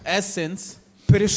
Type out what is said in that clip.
essence